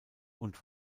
und